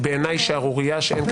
בעיניי שערורייה.